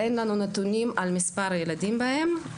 אין לנו נתונים על מספר הילדים בהם,